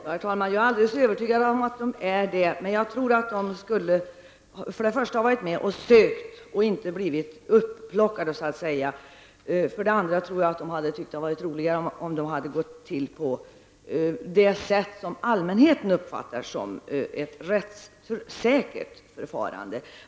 Herr talman! Jag är alldeles övertygad om att de är dugliga. Men för det första tror jag att de skulle ha varit med och sökt och inte blivit uppplockade. För det andra tror jag att de hade tyckt att det hade varit roligare om tillvägagångssättet hade varit det som allmänheten uppfattar som ett rättssäkert förfarande.